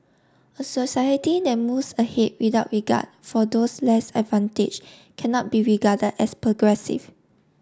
a society that moves ahead without regard for those less advantaged cannot be regarded as progressive